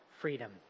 freedom